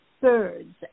birds